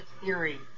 theory